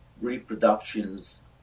reproductions